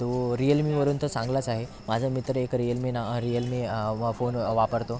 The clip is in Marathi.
तो रियलमीवरून तर चांगलाच आहे माझा मित्र एक रियलमी ना रियलमी फोन वापरतो